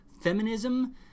feminism